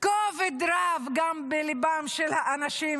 כובד רב גם בליבם של האנשים